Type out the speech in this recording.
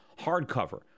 hardcover